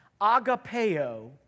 agapeo